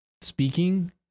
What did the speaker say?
speaking